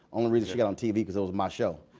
only reason she got on tv because it was my show